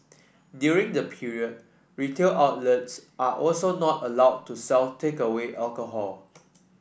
during the period retail outlets are also not allowed to sell takeaway alcohol